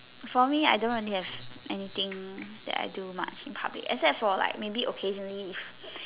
for me I don't really have anything that I do much in public except for like maybe occasionally if